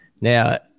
Now